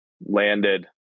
landed